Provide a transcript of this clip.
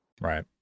right